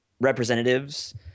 representatives